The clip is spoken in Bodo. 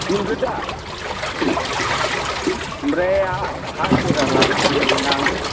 मोनगोन दा ओमफ्राय हाजिरा लांनानै थांनांगोन ना आङो